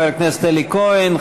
חבר הכנסת אלי כהן,